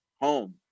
home